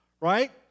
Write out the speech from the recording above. Right